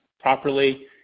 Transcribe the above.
properly